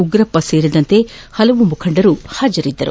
ಉಗ್ರಪ್ಪ ಸೇರಿದಂತೆ ವಿವಿಧ ಮುಖಂಡರು ಹಾಜರಿದ್ದರು